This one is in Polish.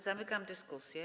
Zamykam dyskusję.